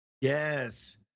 Yes